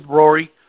Rory